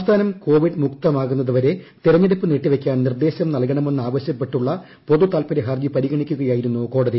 സംസ്ഥാനം കോവിഡ് മുക്തമാക്കുന്നതുവരെ തെരഞ്ഞെടുപ്പ് നീട്ടിവയ്ക്കാൻ നിർദ്ദേശം നൽകണമെന്ന് ആവശ്യപ്പെട്ടുള്ള പൊതുതാൽപര്യ ഹർജി പരിഗണിക്കുകയായിരുന്നു കോടതി